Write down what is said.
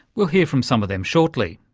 we'll hear from some of them shortly.